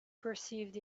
perceived